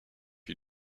you